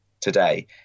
today